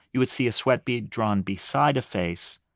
you would see a sweat bead drawn beside a face.